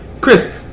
Chris